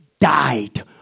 died